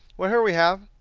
well, here we have